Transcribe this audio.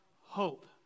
hope